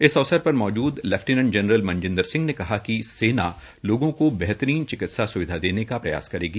इस अवसर पर मौजूद लैफ्टिनेट जनरल मंनदिंर सिंह ने कहा कि सेना लोगों को बेहतरीन चिकित्सा सुविधा देने का प्रयास करेगी